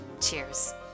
Cheers